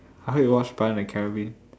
I hope you watch pirates-of-the-caribbean